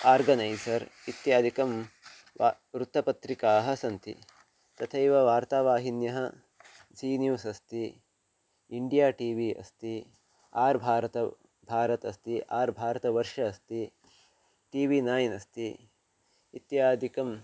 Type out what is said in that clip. organiser इत्याद्यः वा वृत्तपत्रिकाः सन्ति तथैव वार्तावाहिन्यः ज़ी न्यूस् अस्ति इण्डिया टि वि अस्ति आर् भारतं भारत् अस्ति आर् भारतवर्षम् अस्ति टी वी नैन् अस्ति इत्यादिकम्